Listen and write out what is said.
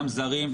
גם זרים,